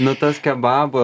nu tas kebabų